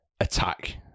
attack